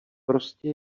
prostě